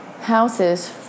houses